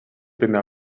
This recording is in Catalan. primer